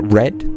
red